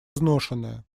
изношенная